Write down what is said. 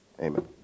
Amen